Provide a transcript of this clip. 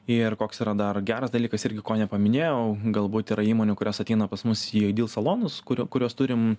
ir koks yra dar geras dalykas irgi ko nepaminėjau galbūt yra įmonių kurios ateina pas mus į aidyl salonus kuriuos turim